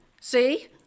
See